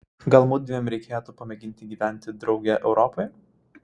gal mudviem reikėtų pamėginti gyventi drauge europoje